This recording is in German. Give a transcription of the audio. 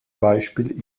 beispiel